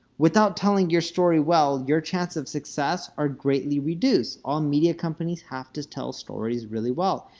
without telling your story well, your chance of success are greatly reduced. all media companies have to tell stories really well.